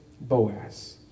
Boaz